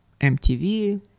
MTV